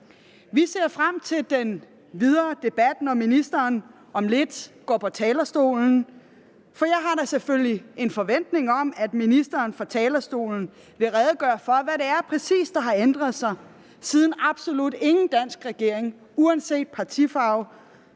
Vi ser frem til den videre debat, når ministeren om lidt går på talerstolen, for jeg har da selvfølgelig en forventning om, at ministeren fra talerstolen vil redegøre for, hvad det præcis er, der har ændret sig, siden absolut ingen dansk regering, uanset partifarve,